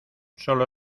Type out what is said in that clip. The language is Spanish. sólo